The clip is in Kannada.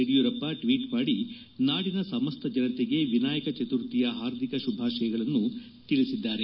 ಯಡಿಯೂರಪ್ಪ ಟ್ವೀಟ್ ಮಾಡಿ ನಾಡಿನ ಸಮಸ್ತ ಜನತೆಗೆ ವಿನಾಯಕ ಚತುರ್ಥಿಯ ಹಾರ್ದಿಕ ಶುಭಾಶಯಗಳನ್ನು ತಿಳಿಸಿದ್ದಾರೆ